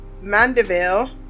Mandeville